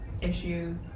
issues